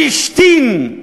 והשתין,